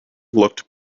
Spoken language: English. looked